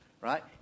right